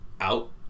out